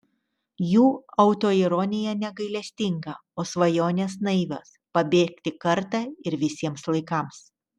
jų autoironija negailestinga o svajonės naivios pabėgti kartą ir visiems laikams